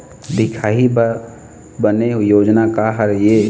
दिखाही बर बने योजना का हर हे?